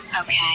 Okay